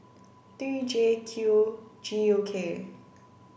three J Q G U K